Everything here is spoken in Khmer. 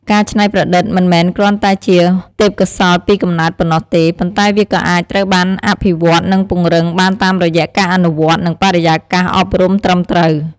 ការច្នៃប្រឌិតមិនមែនគ្រាន់តែជាទេពកោសល្យពីកំណើតប៉ុណ្ណោះទេ ប៉ុន្តែវាក៏អាចត្រូវបានអភិវឌ្ឍន៍ និងពង្រឹងបានតាមរយៈការអនុវត្ត និងបរិយាកាសអប់រំត្រឹមត្រូវ។